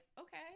okay